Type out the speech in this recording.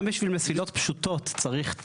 גם בשביל מסילות פשוטות צריך.